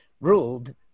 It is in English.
ruled